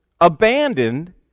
abandoned